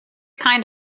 kind